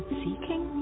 seeking